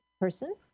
person